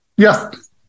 Yes